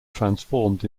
transformed